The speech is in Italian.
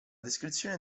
descrizione